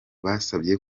basabye